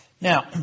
Now